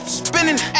spinning